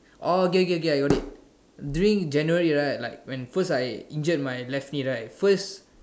oh okay okay I got it during January right like when first I injured my left knee right first